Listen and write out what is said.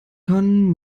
kann